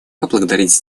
поблагодарить